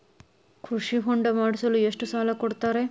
ಕೃಷಿ ಹೊಂಡ ಮಾಡಿಸಲು ಎಷ್ಟು ಸಾಲ ಕೊಡ್ತಾರೆ?